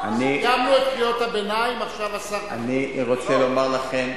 לא ראש הממשלה.